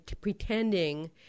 pretending